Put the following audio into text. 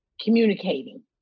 communicating